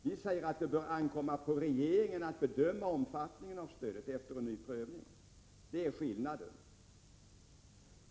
Vi säger att det bör ankomma på regeringen att bedöma omfattningen av stödet efter en ny prövning. Det är skillnaden.